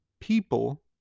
people